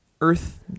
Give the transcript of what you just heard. Earth